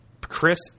Chris